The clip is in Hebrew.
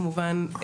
כמובן,